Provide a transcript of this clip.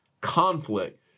conflict